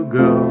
go